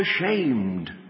ashamed